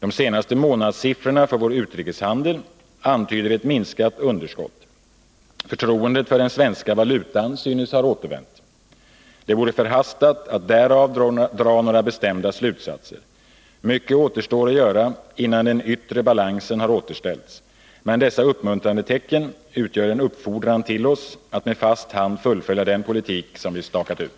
De senaste månadssiffrorna för vår utrikeshandel antyder ett minskat underskott. Förtroendet för den svenska valutan synes ha återvänt. Det vore förhastat att därav dra några bestämda slutsatser. Mycket återstår att göra innan den yttre balansen har återställts. Men dessa uppmuntrande tecken utgör en uppfordran till oss att med fast hand fullfölja den politik som vi stakat ut.